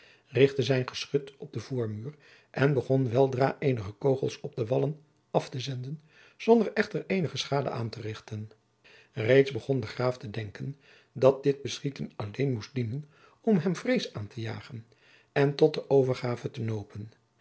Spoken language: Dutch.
richtte zijn geschut op den voormuur en begon weldra eenige kogels op de wallen aftezenden zonder echter eenige schade aanterichten reeds begon de graaf te denken dat dit beschieten alleen moest dienen om hem vrees aan te jagen en tot de overgave te nopen